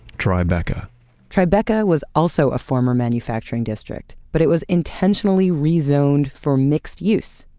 tribeca tribeca was also a former manufacturing district, but it was intentionally rezoned for mixed use.